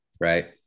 Right